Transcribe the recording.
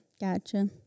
Gotcha